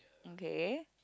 okay